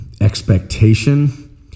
expectation